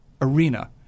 arena